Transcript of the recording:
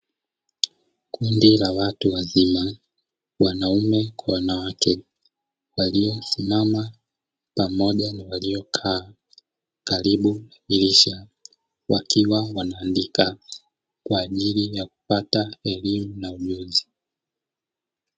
Kundi la watu wazima wanaume kwa wanawake waliosimama pamoja na waliokaa karibu na dirisha, wakiwa wanaandika kwa ajili ya kupata elimu na ujuzi.